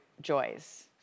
joys